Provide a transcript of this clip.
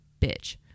bitch